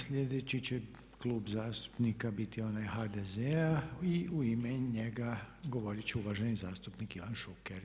Sljedeći se klub zastupnika biti onaj HDZ-a i u ime njega govorit će uvaženi zastupnik Ivan Šuker.